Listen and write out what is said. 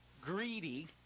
greedy